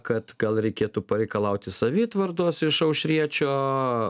kad gal reikėtų pareikalauti savitvardos iš aušriečio